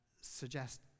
suggest